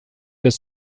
dass